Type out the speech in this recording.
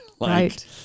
Right